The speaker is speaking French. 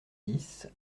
dix